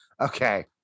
okay